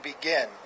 begin